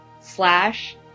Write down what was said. slash